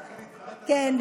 כן,